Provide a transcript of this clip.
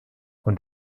und